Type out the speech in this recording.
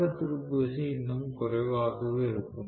தொடக்க திருப்பு விசை இன்னும் குறைவாகவே இருக்கும்